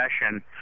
session